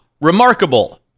Remarkable